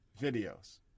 videos